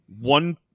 one